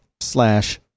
slash